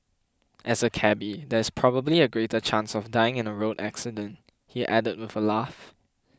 as a cabby there is probably a greater chance of dying in a road accident he added with a laugh